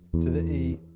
to the e,